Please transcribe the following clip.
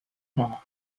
fair